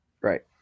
right